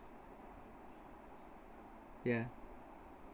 ya